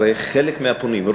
הרי חלק מהפונים,